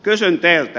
kysyn teiltä